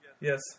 Yes